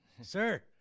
Sir